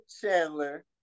Chandler